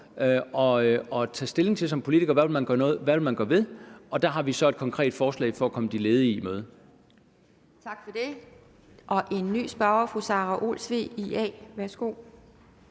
og tage stilling til som politiker, hvad man vil gøre ved det. Og der har vi så et konkret forslag for at komme de ledige i møde. Kl. 11:40 Anden næstformand (Pia Kjærsgaard):